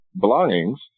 belongings